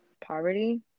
poverty